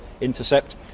intercept